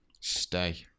stay